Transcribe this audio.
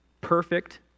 perfect